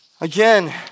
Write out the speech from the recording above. Again